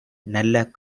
நல்ல